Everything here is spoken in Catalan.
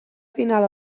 final